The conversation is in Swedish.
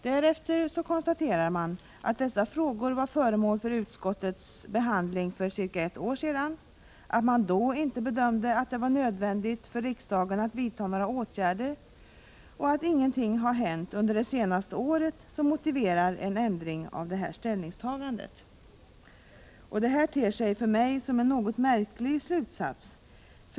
Därefter konstaterar man att dessa frågor var föremål för utskottets hantering för ungefär ett år sedan, att man då inte bedömde att det var nödvändigt för riksdagen att vidta några åtgärder, och att inget hänt under det senaste året som motiverar en ändring av detta ställningstagande. Detta ter sig för mig som en något märklig slutsats.